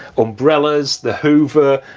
umbrellas, the hoover,